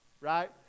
right